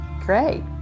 great